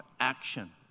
action